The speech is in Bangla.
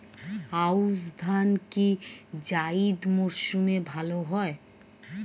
আউশ ধান কি জায়িদ মরসুমে ভালো হয়?